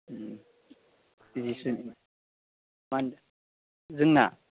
बिदिसो माहोन्दो जोंना